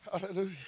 Hallelujah